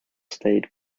stayed